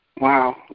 Wow